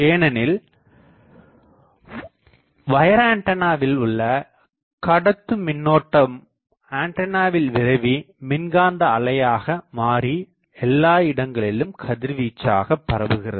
ஏனெனில் வயர் ஆண்டனாவில் உள்ள கடத்து மின்னோட்டம் ஆண்டனாவில் விரவி மின்காந்தஅலையாக மாறி எல்லாஇடங்களிலும் கதிர்வீச்சாகப் பரவுகிறது